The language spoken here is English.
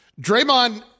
Draymond –